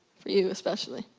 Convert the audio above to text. for you especially.